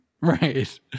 Right